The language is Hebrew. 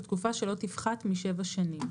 לתקופה שלא תפחת משבע שנים".